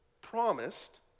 promised